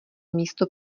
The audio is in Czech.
místo